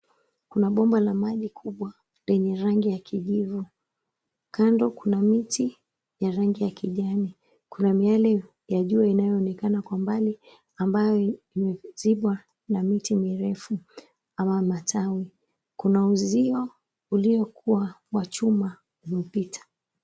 Kuna bomba la maji kubwa lenye rangi ya kijivu. Kando kuna miti ya rangi ya kijani. Kuna miale ya jua, inayoonekana kwa mbali, ambayo imezibwa na miti mirefu ama matawi. Kuna uzio uliokuwa wa chuma umepita.